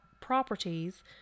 properties